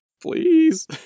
Please